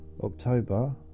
October